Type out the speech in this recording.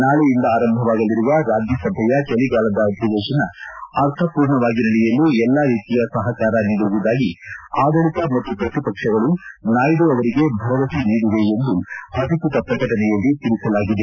ನಾಳೆಯಿಂದ ಆರಂಭವಾಗಲಿರುವ ರಾಜ್ಯಸಭೆಯ ಚಳಿಗಾಲದ ಅಧಿವೇಶನ ಅರ್ಥಪೂರ್ಣವಾಗಿ ನಡೆಯಲು ಎಲ್ಲಾ ರೀತಿಯ ಸಹಕಾರ ನೀಡುವುದಾಗಿ ಆಡಳಿತ ಮತ್ತು ಪ್ರತಿಪಕ್ಷಗಳು ನಾಯ್ದು ಅವರಿಗೆ ಭರವಸೆ ನೀಡಿವೆ ಎಂದು ಅಧಿಕೃತ ಪ್ರಕಟಣೆಯಲ್ಲಿ ತಿಳಿಸಲಾಗಿದೆ